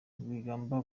rwigamba